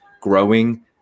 Growing